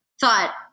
thought